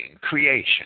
creation